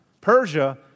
Persia